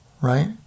right